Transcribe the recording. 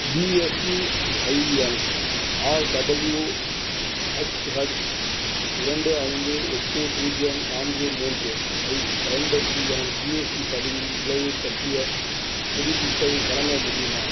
GSTIN RWHH இரண்டு ஐந்து எட்டு பூஜ்ஜியம் நான்கு மூன்று ஐப் பயன்படுத்தி எனது ஜிஎஸ்டி பதிவின் நிலையைப் பற்றிய புதுப்பிப்பை வழங்க முடியுமா